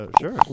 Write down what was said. sure